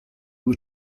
were